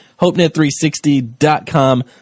HopeNet360.com